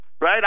Right